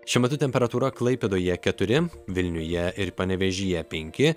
šiuo metu temperatūra klaipėdoje keturi vilniuje ir panevėžyje penki